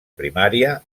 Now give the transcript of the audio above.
primària